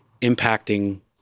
impacting